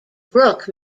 brook